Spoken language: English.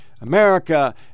America